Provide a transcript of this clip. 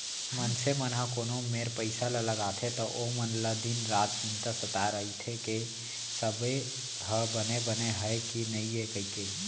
मनसे मन ह कोनो मेर पइसा ल लगाथे त ओमन ल दिन रात चिंता सताय रइथे कि सबो ह बने बने हय कि नइए कइके